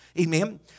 Amen